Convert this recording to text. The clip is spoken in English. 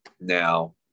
now